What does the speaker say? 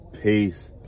Peace